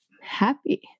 happy